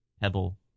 Pebble